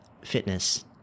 fitness